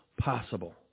possible